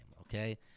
okay